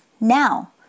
Now